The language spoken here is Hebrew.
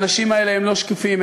האנשים האלה הם לא שקופים,